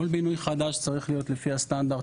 כל בינוי חדש צריך להיות לפי הסטנדרט